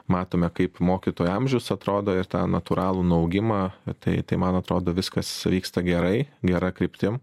matome kaip mokytojų amžius atrodo ir tą natūralų nuaugimą tai tai man atrodo viskas vyksta gerai gera kryptim